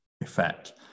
effect